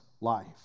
life